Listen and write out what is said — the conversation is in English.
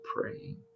praying